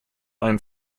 ein